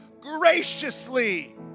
graciously